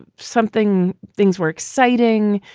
something. things were exciting.